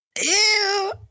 Ew